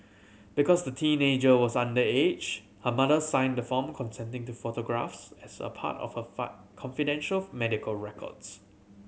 because the teenager was underage her mother signed the form consenting to photographs as a part of her fine confidential medical records